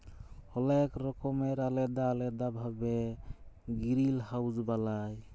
অলেক রকমের আলেদা আলেদা ভাবে গিরিলহাউজ বালায়